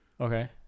Okay